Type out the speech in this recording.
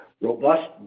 robust